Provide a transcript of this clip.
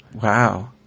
Wow